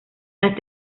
las